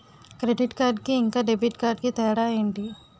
Credit card కి ఇంకా debit card కి తేడా ఏంటి?